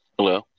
Hello